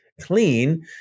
clean